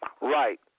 Right